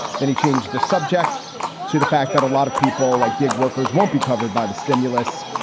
then he changed the subject to the fact that a lot of people like gig workers won't be covered by the stimulus.